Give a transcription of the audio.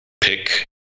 pick